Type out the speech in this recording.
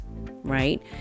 right